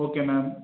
okay ma'am